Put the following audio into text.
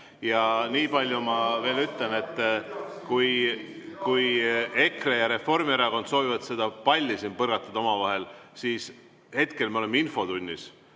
Ja nii palju ma veel ütlen, et kui EKRE ja Reformierakond soovivad seda palli siin põrgatada omavahel, siis hetkel me oleme infotunnis,